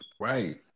Right